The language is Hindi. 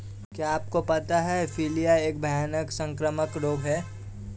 क्या आपको पता है प्लीहा एक भयानक संक्रामक रोग है?